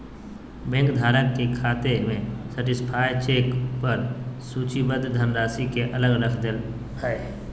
bank धारक के खाते में सर्टीफाइड चेक पर सूचीबद्ध धनराशि के अलग रख दे हइ